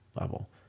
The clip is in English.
level